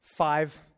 Five